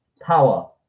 Power